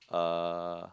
uh